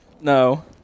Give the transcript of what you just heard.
No